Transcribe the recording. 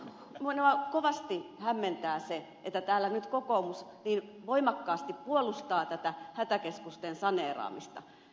minua kovasti hämmentää se että täällä nyt kokoomus niin voimakkaasti puolustaa tätä hätäkeskusten saneeraamista